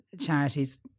charities